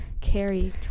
carry